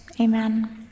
amen